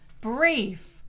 Brief